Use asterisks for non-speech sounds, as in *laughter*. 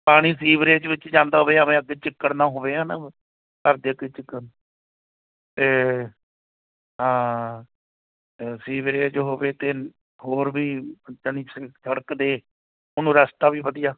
ਪਾਣੀ ਸੀਵਰੇਜ ਵਿੱਚ ਜਾਂਦਾ ਹੋਵੇ ਐਵੇਂ ਉੱਥੇ ਚਿੱਕੜ ਨਾ ਹੋਵੇ ਨਾ *unintelligible* ਅਤੇ ਹਾਂ ਅ ਸੀਵਰੇਜ ਹੋਵੇ ਅਤੇ ਹੋਰ ਵੀ ਸੜਕ ਅਤੇ ਉਹਨੂੰ ਰਸਤਾ ਵੀ ਵਧੀਆ